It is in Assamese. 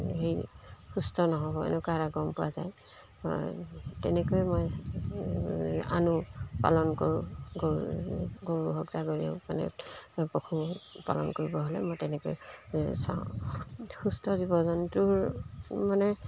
হেৰি সুস্থ নহ'ব এনেকুৱা এটা গম পোৱা যায় তেনেকৈ মই আনো পালন কৰোঁ গৰু গৰু হওক ছাগলী হওক মানে পশুপালন কৰিব হ'লে মই তেনেকৈ চাওঁ সুস্থ জীৱ জন্তুৰ মানে